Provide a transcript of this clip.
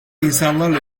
insanlarla